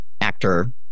actor